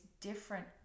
different